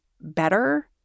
better